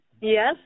Yes